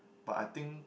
but I think